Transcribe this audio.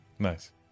Nice